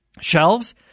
shelves